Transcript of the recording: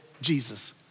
Jesus